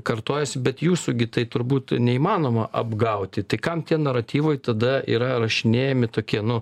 kartojasi bet jūsų gi tai turbūt neįmanoma apgauti tai kam tie naratyvai tada yra rašinėjami tokie nu